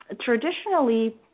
Traditionally